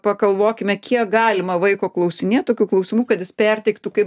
pagalvokime kiek galima vaiko klausinėt tokių klausimų kad jis perteiktų kaip